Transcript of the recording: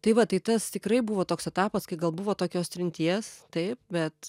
tai va tai tas tikrai buvo toks etapas kai gal buvo tokios trinties taip bet